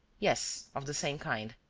yes, of the same kind.